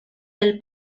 del